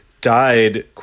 died